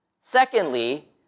Secondly